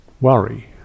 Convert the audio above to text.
worry